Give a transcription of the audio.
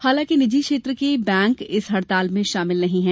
हालांकि निजी क्षेत्र के बैंक इस हड़ताल में शामिल नहीं हैं